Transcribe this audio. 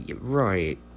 Right